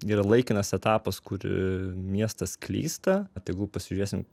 yra laikinas etapas kur miestas klysta tegul pasižiūrėsim